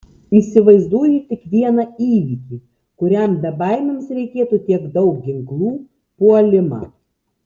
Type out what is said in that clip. įsivaizduoju tik vieną įvykį kuriam bebaimiams reikėtų tiek daug ginklų puolimą